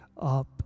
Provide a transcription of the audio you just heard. up